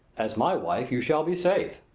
as my wife you shall be safe.